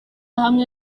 hamwe